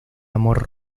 amor